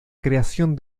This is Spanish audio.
creación